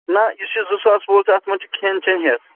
نہَ یُس یہِ زٕ ساس وول چھُ اَتھ منٛز چھُ کھٮ۪ن چٮ۪ن ہٮ۪تھ